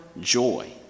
joy